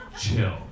Chill